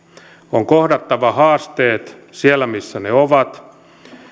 on kohdattava haasteet siellä missä ne ovat